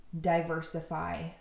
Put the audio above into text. diversify